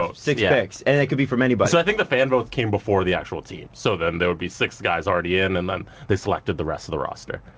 ah six picks and it could be from anybody. i think the fan vote came before the actual team. so then there would be six guys already in and then they selected the rest of the roster.